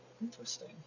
interesting